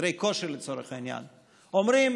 חדרי כושר לצורך העניין, אומרים: